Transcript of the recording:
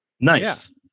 Nice